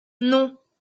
non